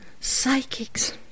psychics